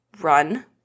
run